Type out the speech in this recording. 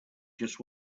just